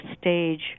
stage